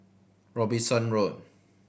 Robinson Road